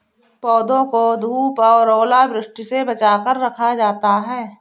पौधों को धूप और ओलावृष्टि से बचा कर रखा जाता है